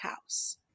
house